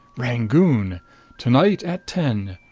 rangoon to-night at ten.